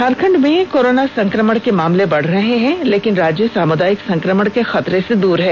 झारखंड में कोरोना संक्रमण के मामले बढ़ रहे हैं लेकिन राज्य सामुदायिक संक्रमण के खतरे से दूर है